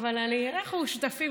אנחנו שותפים,